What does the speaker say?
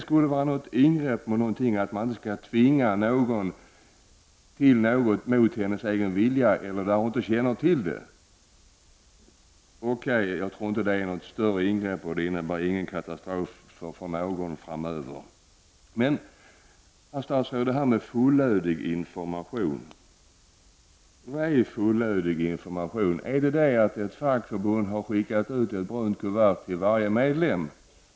Jag tror inte att det skulle innebära något större ingrepp eller någon katastrof för någon. Sedan, herr statsråd, något om detta med fullödig information. Vad är fullödig information egentligen? Är det att ett fackförbund har skickat ut ett brunt kuvert till varje medlem?